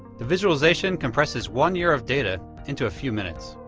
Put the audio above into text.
the visualization compresses one year of data into a few minutes.